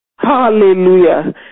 Hallelujah